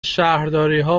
شهرداریها